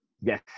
Yes